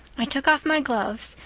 i took off my gloves,